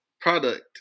product